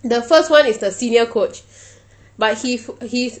the first [one] is the senior coach but he he's